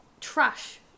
trash